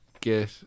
Get